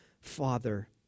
Father